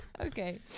Okay